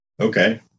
Okay